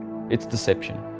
its deception.